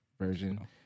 version